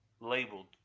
labeled